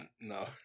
No